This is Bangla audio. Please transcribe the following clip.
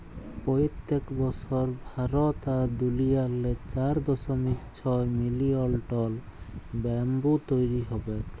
পইত্তেক বসর ভারত আর দুলিয়াতে চার দশমিক ছয় মিলিয়ল টল ব্যাম্বু তৈরি হবেক